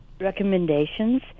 recommendations